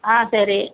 ஆ சரி